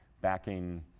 backing